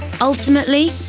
Ultimately